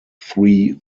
three